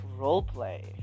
roleplay